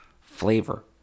flavor